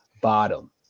bottom